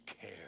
care